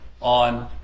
on